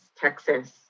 Texas